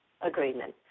agreement